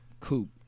Coupe